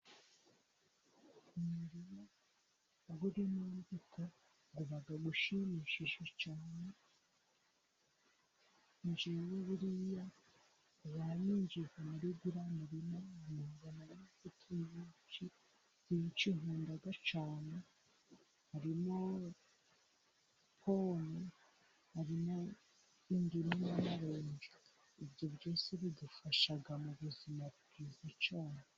umuma urimovuto ngogagushimishije c anjewa buriya ba ninjijwe muridanlo muyuga n'inshutiyinshi byinshi in nkunda gacana harimo pou hari naindimo n benshi ibyo byose bidufashaga mu buzima bwizac